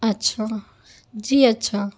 اچھا جی اچھا